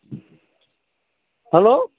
hello